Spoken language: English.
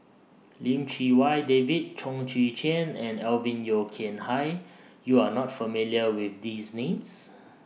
Lim Chee Wai David Chong Tze Chien and Alvin Yeo Khirn Hai YOU Are not familiar with These Names